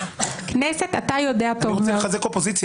אתה יודע טוב מאוד --- אני